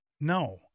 No